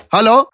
Hello